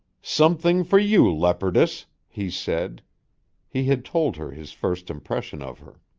something for you, leopardess, he said he had told her his first impression of her.